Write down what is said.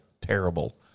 terrible